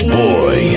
boy